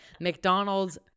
McDonald's